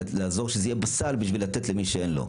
לעזור שזה יהיה בסל בשביל לתת למי שאין לו.